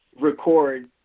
record